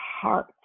heart